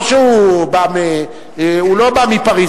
הוא לא בא מפריס,